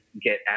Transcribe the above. get